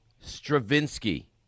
Stravinsky